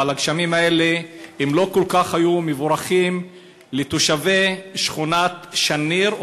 אבל הגשמים האלה לא היו כל כך מבורכים לתושבי שכונת שׁניר,